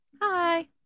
Hi